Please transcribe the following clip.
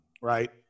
Right